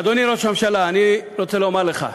אדוני ראש הממשלה, אני רוצה לומר לך,